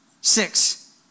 Six